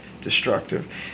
destructive